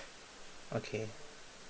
okay